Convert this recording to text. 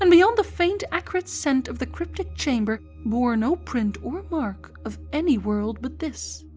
and beyond the faint acrid scent of the cryptic chamber bore no print or mark of any world but this.